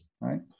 right